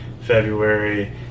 February